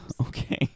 Okay